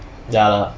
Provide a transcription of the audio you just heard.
ya lah